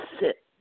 sit